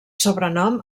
sobrenom